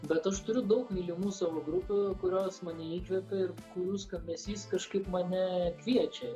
bet aš turiu daug mylimų savo grupių kurios mane įkvepia ir kurių skambesys kažkaip mane kviečia